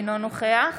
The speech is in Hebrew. אינו נוכח